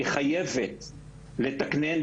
היא חייבת לתקנן,